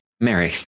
Mary